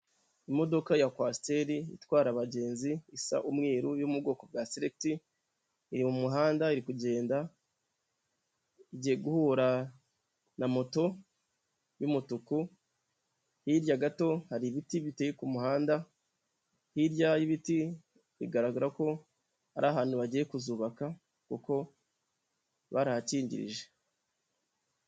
Imodoka ya kwasiteri itwara abagenzi, isa umweru yo mu bwoko bwa seregiti iri mu muhanda iri kugenda igiye guhura na moto y'umutuku, hirya gato hari ibiti biteye ku muhanda, hirya y'ibiti bigaragara ko ari ahantu bagiye kuzubaka kuko barahakingirije.